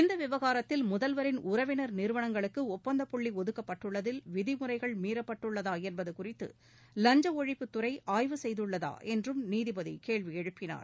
இந்த விவகாரத்தில் முதல்வரின் உறவினா் நிறுவனங்களுக்கு ஒப்பந்த புள்ளி ஒதுக்கப்பட்டுள்ளதில் விதிமுறைகள் மீறப்பட்டுள்ளதா என்பது குறித்து வஞ்ச ஒழிப்பு துறை ஆய்வு செய்துள்ளதா என்றும் நீதிபதி கேள்வி எழுப்பினார்